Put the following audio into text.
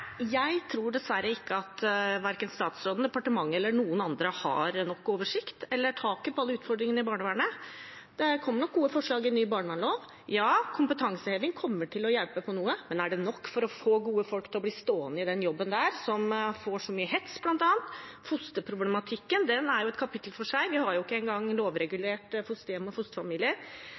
Jeg tror dessverre at verken statsråden, departementet eller noen andre har nok oversikt eller taket på alle utfordringer i barnevernet. Det kommer nok gode forslag i ny barnevernslov. Ja, kompetanseheving kommer til å hjelpe på noe, men er det nok for å få gode folk til å bli stående i en jobb som bl.a. får så mye hets? Fosterhjemsproblematikken er et kapittel for seg. Vi har jo ikke engang lovregulert fosterhjem og fosterfamilier.